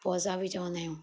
पोइ असां बि चवंदा आहियूं